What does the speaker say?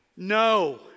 No